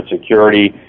security